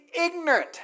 ignorant